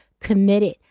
committed